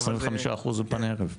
25% אולפני ערב?